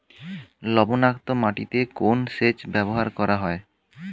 লবণাক্ত মাটিতে কোন সেচ ব্যবহার করা হয়?